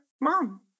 mom